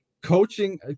coaching